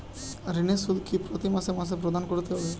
ঋণের সুদ কি প্রতি মাসে মাসে প্রদান করতে হবে?